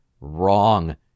Wrong